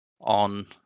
on